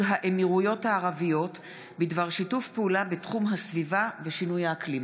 האמירויות הערביות בדבר שיתוף פעולה בתחום הסביבה ושינוי האקלים.